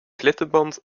klittenband